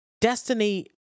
destiny